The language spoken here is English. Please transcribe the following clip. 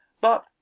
But